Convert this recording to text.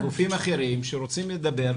הזמנו גופים אחרים שרוצים לדבר.